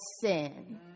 sin